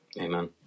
Amen